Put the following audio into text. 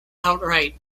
outright